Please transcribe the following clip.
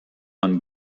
man